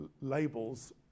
labels